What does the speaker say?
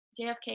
JFK